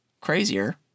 crazier